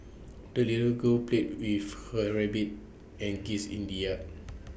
the little girl played with her rabbit and geese in the yard